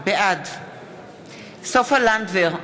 בעד סופה לנדבר,